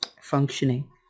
functioning